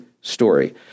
story